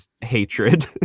hatred